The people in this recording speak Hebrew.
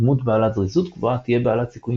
דמות בעלת זריזות גבוהה תהיה בעלת סיכויים